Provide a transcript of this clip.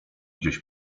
gdzieś